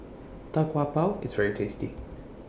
Tau Kwa Pau IS very tasty